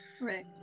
Right